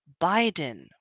Biden